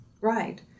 Right